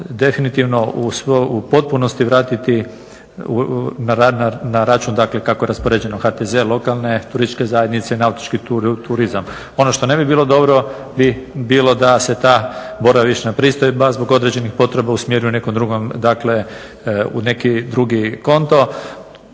definitivno u potpunosti vratiti na račun kako je raspoređeno HTZ lokalne, turističke zajednice, nautički turizam. Ono što ne bi bilo dobro bi bilo da se ta boravišna pristojba zbog određenih potreba usmjeruje u neki drugi konto.